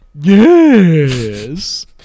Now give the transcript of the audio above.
Yes